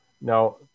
Now